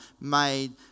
made